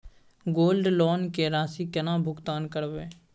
Gold loan के राशि केना भुगतान करबै?